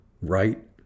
Right